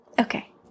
Okay